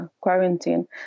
quarantine